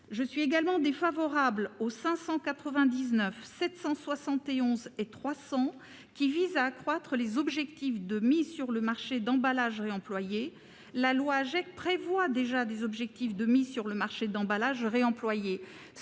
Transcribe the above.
Je suis également défavorable aux amendements 771 rectifié et 300 rectifié, qui visent à accroître les objectifs de mise sur le marché d'emballages réemployés. La loi AGEC prévoit déjà des objectifs de mise sur le marché d'emballages réemployés